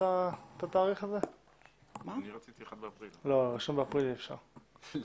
1 באפריל אי אפשר כי